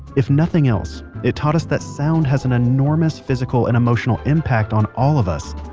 if nothing else, it taught us that sound has an enormous physical and emotional impact on all of us,